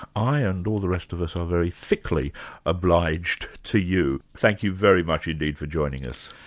i and all the rest of us are very thickly obliged to you. thank you very much indeed for joining us.